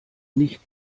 nicht